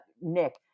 Nick